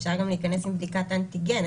אפשר גם להיכנס עם בדיקת אנטיגן.